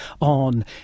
on